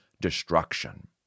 destruction